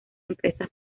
empresas